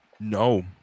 No